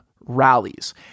rallies